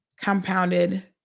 Compounded